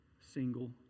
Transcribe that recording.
single